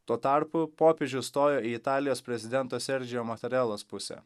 tuo tarpu popiežius stojo į italijos prezidento serdžio matarelos pusę